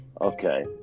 Okay